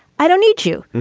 i don't need you.